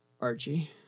Archie